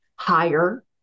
higher